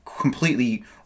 completely